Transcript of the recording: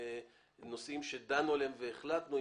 לגבי נושאים שדנו עליהם והחלטנו,